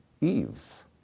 Eve